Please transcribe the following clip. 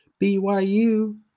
BYU